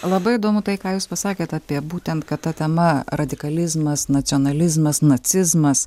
labai įdomu tai ką jūs pasakėt apie būtent kad ta tema radikalizmas nacionalizmas nacizmas